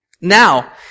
Now